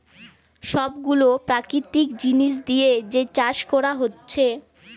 সব গুলা প্রাকৃতিক জিনিস দিয়ে যে চাষ কোরা হচ্ছে